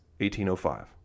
1805